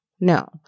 no